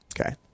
Okay